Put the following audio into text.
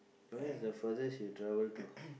where is the furthest you travel to